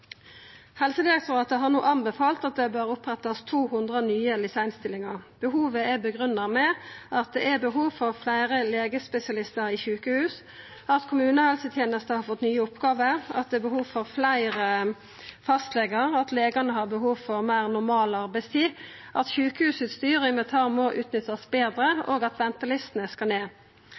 Helsedirektoratet har no anbefalt at det bør opprettast 200 nye LIS1-stillingar. Det er grunngitt med at det er behov for fleire legespesialistar i sjukehus, at kommunehelsetenesta har fått nye oppgåver, at det er behov for fleire fastlegar, at legane har behov for meir normal arbeidstid, at sjukehusutstyr og inventar må utnyttast betre, og at ventelistene skal ned.